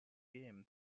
game